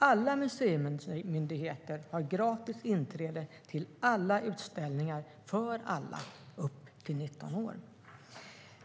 Alla museimyndigheter har gratis inträde till alla utställningar för alla upp till 19 år.